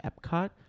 epcot